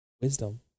wisdom